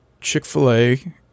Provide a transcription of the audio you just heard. Chick-fil-A